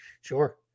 sure